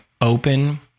open